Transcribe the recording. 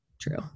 true